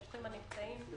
ברוכים הנמצאים.